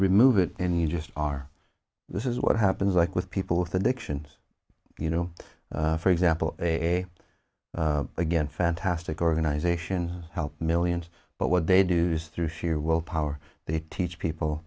remove it and you just are this is what happens like with people with addictions you know for example a again fantastic organizations help millions but what they do sth through sheer willpower they teach people